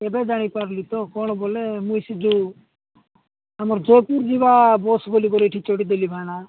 ଏବେ ଜାଣିପାରିଲି ତ କ'ଣ ବୋଲେ ମୁଇଁ ସେ ଯୋଉ ଆମର ଜୟପୁର ଯିବା ବସ୍ ବ ବୋଲିିକ ଏଠି ଚଢ଼ିଥିଲି ଭାଇନା